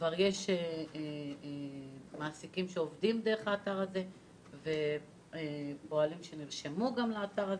כבר יש מעסיקים שעובדים דרך האתר הזה ופועלים שנרשמו לאתר הזה.